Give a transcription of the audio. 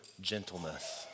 gentleness